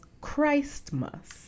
Christmas